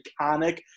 iconic